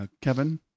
Kevin